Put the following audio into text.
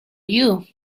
you